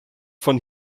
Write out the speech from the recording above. von